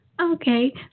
Okay